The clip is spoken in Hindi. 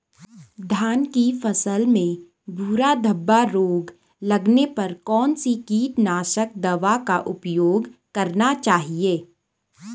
धान की फसल में भूरा धब्बा रोग लगने पर कौन सी कीटनाशक दवा का उपयोग करना चाहिए?